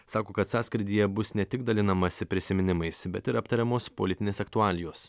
sako kad sąskrydyje bus ne tik dalinamasi prisiminimais bet ir aptariamos politinės aktualijos